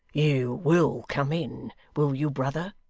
you will come in, will you, brother